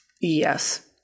Yes